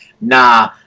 nah